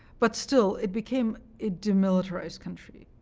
but still, it became a demilitarized country.